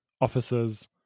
officers